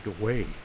away